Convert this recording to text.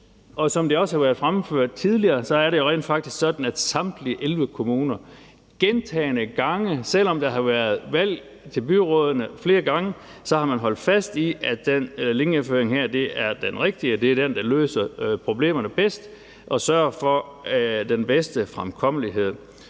Som det også har været fremført tidligere, er det rent faktisk sådan, at samtlige 11 kommuner, selv om der har været valg til byrådene flere gange, har holdt fast i, at den her linjeføring er den rigtige: Det er den, der løser problemerne bedst og sørger for den bedste fremkommelighed.